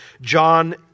John